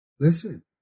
Listen